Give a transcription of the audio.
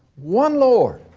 one lord